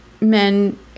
men